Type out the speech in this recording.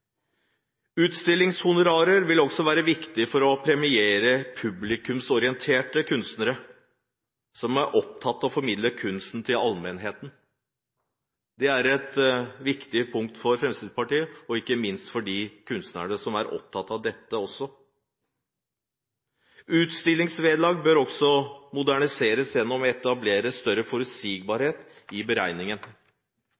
vil også være viktig for å premiere publikumsorienterte kunstnere som er opptatt av å formidle kunst til allmennheten. Det er et viktig punkt for Fremskrittspartiet og ikke minst for de kunstnerne som er opptatt av dette også. Utstillingsvederlag bør også moderniseres gjennom å etablere større